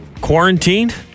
quarantined